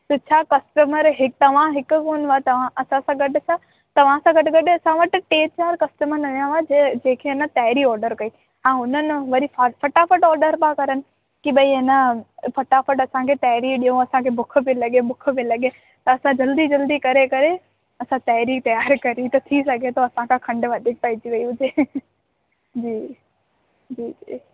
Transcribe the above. त छा कस्टमर ई तव्हां हिक कोन हुआ तव्हां असां सां गॾु छा तव्हां सां गॾु गॾु असां वटि टे चारि कस्टमर नवां हुआ जंहिं जंहिंखे हा न तांहिरी ऑडर कई हा उन्हनि वरी फटाफट ऑडर पिया करनि की भई हा न फटाफट असांखे तांहिरी ॾियो असांखे बुख पेई लॻे बुख पेई लॻे त असां जल्दी जल्दी करे करे असां तांहिरी तयार करी त थी सघे थो असां खां खंडु वधीक पएजी वेई हुजे जी जी जी